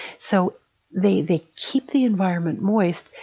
so they they keep the environment moist,